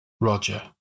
Roger